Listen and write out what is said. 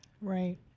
Right